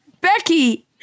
Becky